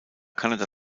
kanada